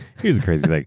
it was crazy. like